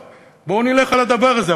בואו נלך על הדבר הזה.